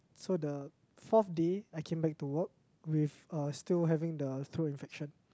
so the fourth day I came back to work with uh still having the throat infection